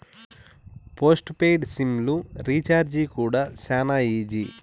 post paid SIM లు recharge కూడా శానా ఈజీ